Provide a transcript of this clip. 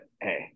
Hey